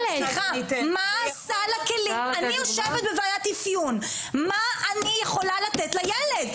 אני יושבת בוועדת אפיון, מה אני יכולה לתת לילד?